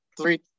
three